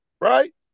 right